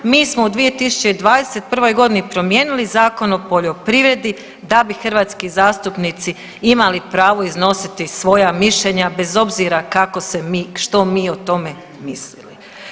Mi smo u 2021.g. promijenili Zakon o poljoprivredi da bi hrvatski zastupnici imali pravo iznositi svoja mišljenja bez obzira kako se mi što mi o tome mislili.